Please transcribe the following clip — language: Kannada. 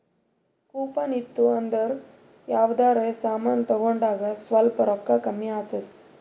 ಕೂಪನ್ ಇತ್ತು ಅಂದುರ್ ಯಾವ್ದರೆ ಸಮಾನ್ ತಗೊಂಡಾಗ್ ಸ್ವಲ್ಪ್ ರೋಕ್ಕಾ ಕಮ್ಮಿ ಆತ್ತುದ್